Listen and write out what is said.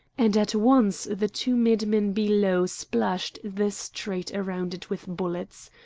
and at once the two madmen below splashed the street around it with bullets.